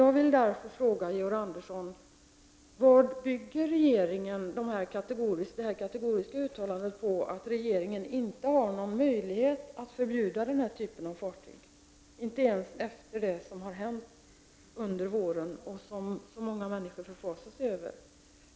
Jag vill därför fråga Georg Andersson: Vad bygger regeringen sitt kategoriska ställningstagande på, att regeringen inte har någon möjlighet att förbjuda den här typen av fartyg, inte ens efter det som har hänt under våren och som så många människor förfasar sig över?